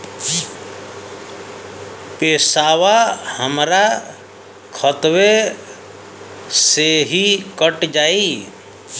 पेसावा हमरा खतवे से ही कट जाई?